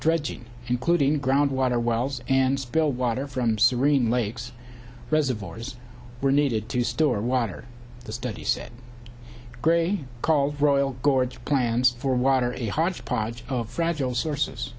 dredging including groundwater wells and spilled water from serene lakes reservoirs were needed to store water the study said grey called royal gorge plans for water a hodgepodge of fragile sources